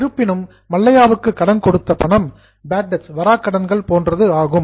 இருப்பினும் மல்லையாவுக்கு கடன் கொடுத்த பணம் பேட் டெட்ஸ் வராக்கடன்கள் போன்றது ஆகும்